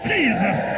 Jesus